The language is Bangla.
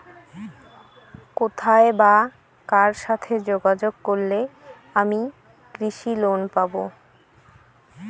কোথায় বা কার সাথে যোগাযোগ করলে আমি কৃষি লোন পাব?